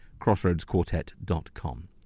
crossroadsquartet.com